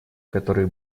который